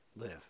live